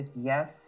yes